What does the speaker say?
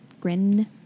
Grin